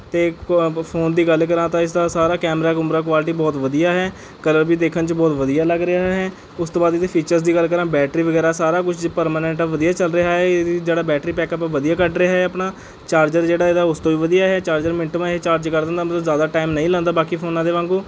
ਅਤੇ ਫ਼ੋਨ ਦੀ ਗੱਲ ਕਰਾਂ ਤਾਂ ਇਸਦਾ ਸਾਰਾ ਕੈਮਰਾ ਕੁਮਰਾ ਕੁਆਲਿਟੀ ਬਹੁਤ ਵਧੀਆ ਹੈ ਕਲਰ ਵੀ ਦੇਖਣ 'ਚ ਬਹੁਤ ਵਧੀਆ ਲੱਗ ਰਿਹਾ ਹੈ ਉਸ ਤੋਂ ਬਾਅਦ ਇਹਦੇ ਫੀਚਰਜ਼ ਦੀ ਗੱਲ ਕਰਾਂ ਬੈਟਰੀ ਵਗੈਰਾ ਸਾਰਾ ਕੁਝ ਪਰਮਾਨੈਂਟ ਹੈ ਵਧੀਆ ਚੱਲ ਰਿਹਾ ਹੈ ਜਿਹੜਾ ਬੈਟਰੀ ਬੈਕਅੱਪ ਹੈ ਵਧੀਆ ਕੱਢ ਰਿਹਾ ਹੈ ਆਪਣਾ ਚਾਰਜਰ ਜਿਹੜਾ ਇਹਦਾ ਉਸ ਤੋਂ ਵੀ ਵਧੀਆ ਹੈ ਚਾਰਜਰ ਮਿੰਟ ਮਾ ਇਹ ਚਾਰਜ ਕਰ ਦਿੰਦਾ ਮਤਲਬ ਜ਼ਿਆਦਾ ਟਾਈਮ ਨਹੀਂ ਲਗਾਉਂਦਾ ਬਾਕੀ ਫ਼ੋਨਾਂ ਦੇ ਵਾਂਗ